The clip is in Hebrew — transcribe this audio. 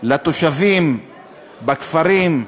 לתושבים בכפרים,